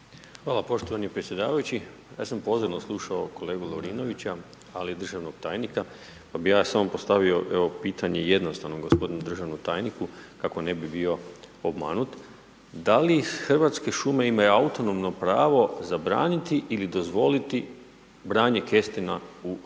Hvala poštovani predsjedavajući. Ja sam pozorno slušao kolegu Lovrinovića, ali i državnog tajnika, pa bi ja samo postavio evo pitanje, jednostavno, gospodinu državnom tajniku, kako ne bi bio obmanut, da li Hrvatske šume imaju autonomno pravo zabraniti ili dozvoliti branje kestena u šumama?